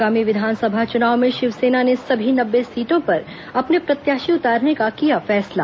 आगामी विधानसभा चुनाव में शिवसेना ने सभी नब्बे सीटों पर अपने प्रत्याशी उतारने का किया फैसला